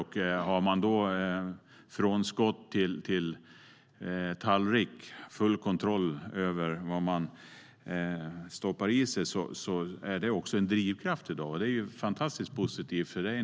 Har man från skott till tallrik full kontroll över vad man stoppar i sig är det en drivkraft i dag. Det är fantastiskt positivt.